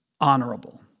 honorable